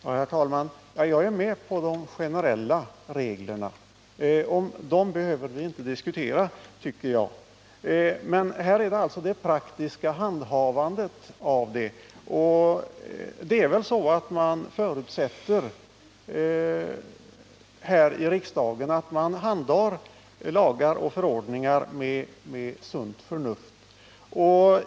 Herr talman! Jag håller med när det gäller de generella reglernå, om dem behöver vi enligt min mening inte diskutera. Här är det alltså fråga om det praktiska handhavandet, och i riksdagen förutsätts väl att lagar och förordningar handhas med sunt förnuft.